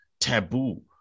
taboo